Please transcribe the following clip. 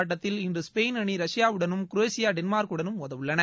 ஆட்டத்தில் இன்று ஸ்பெயின் அணி ரஷ்யாவுடனும் குரேஷியா டென்மார்க்குடனும் மோதவுள்ளன